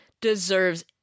deserves